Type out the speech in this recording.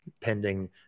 pending